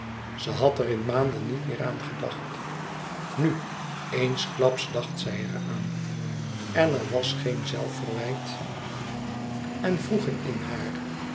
ze had er in maanden niet meer aan gedacht nù eensklaps dacht zij er aan en er was geen zelfverwijt en wroeging in haar